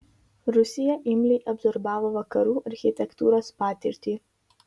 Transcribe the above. rusija imliai absorbavo vakarų architektūros patirtį